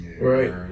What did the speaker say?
right